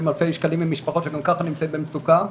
אלפי שקלים ממשפחות שגם ככה נמצאות במצוקה,